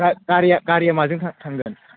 गारिया गारिया माजों था थांगोन